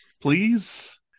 please